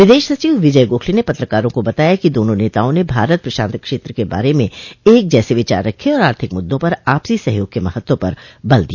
विदेश सचिव विजय गोखले ने पत्रकारों को बताया कि दोनों नेताओं ने भारत प्रशांत क्षेत्र के बारे में एक जैसे विचार रखे और आर्थिक मुद्दों पर आपसी सहयोग के महत्व पर बल दिया